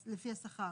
לפי השכר.